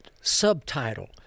subtitle